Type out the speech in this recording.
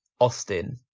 Austin